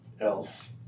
elf